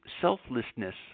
selflessness